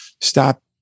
stop